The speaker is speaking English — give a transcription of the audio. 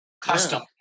custom